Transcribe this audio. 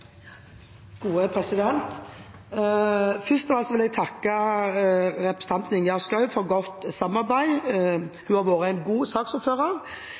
Først av alt vil jeg takke representanten Ingjerd Schou for godt samarbeid. Hun har vært en god saksordfører.